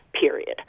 period